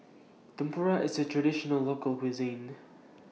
Tempura IS A Traditional Local Cuisine